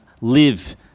live